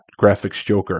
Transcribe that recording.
GraphicsJoker